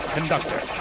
Conductor